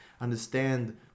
understand